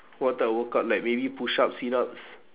what type of workout like maybe push-up sit-ups